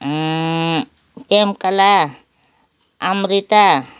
Premkala Amrita